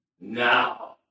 Now